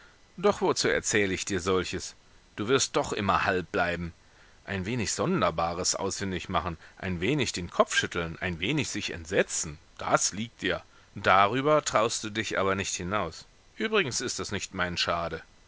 doch wozu erzähle ich dir solches du wirst doch immer halb bleiben ein wenig sonderbares ausfindig machen ein wenig den kopf schütteln ein wenig sich entsetzen das liegt dir darüber traust du dich aber nicht hinaus übrigens ist das nicht mein schade